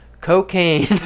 cocaine